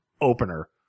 opener